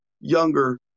younger